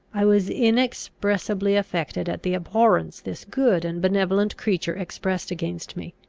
i was inexpressibly affected at the abhorrence this good and benevolent creature expressed against me.